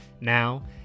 Now